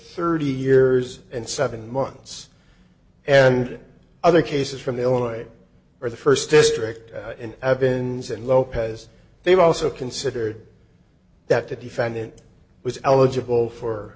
thirty years and seven months and other cases from illinois or the st district and have been said lopez they've also considered that the defendant was eligible for